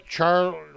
Charles